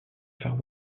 far